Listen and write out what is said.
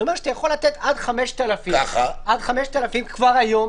זה אומר שאתה יכול לתת עד 5,000 כבר היום.